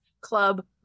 club